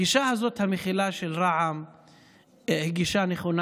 הגישה המכילה הזאת של רע"מ היא גישה נכונה.